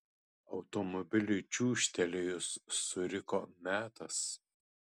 automobiliui čiūžtelėjus suriko metas